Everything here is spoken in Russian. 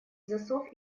засов